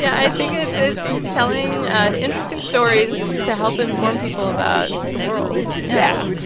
yeah i think it's it's telling interesting stories to help inform people about the world yeah.